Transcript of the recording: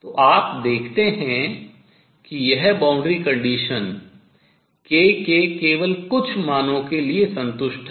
तो आप देखते हैं कि यह boundary condition k के केवल कुछ मानों के लिए संतुष्ट हैं